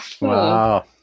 Wow